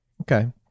Okay